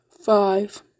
five